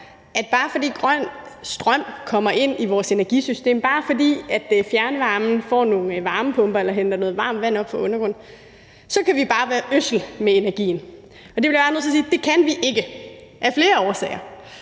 at bare fordi grøn strøm kommer ind i vores energisystem, at bare fordi fjernvarmen får nogle varmepumper eller henter noget varmt vand op fra undergrunden, så kan vi bare ødsle med energien. Der vil jeg bare sige, at det kan vi ikke af flere årsager.